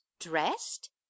dressed